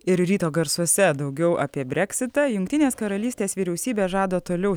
ir ryto garsuose daugiau apie breksitą jungtinės karalystės vyriausybė žada toliau